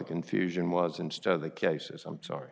confusion was instead of the cases i'm sorry